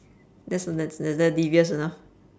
that's uh that's that's is that devious enough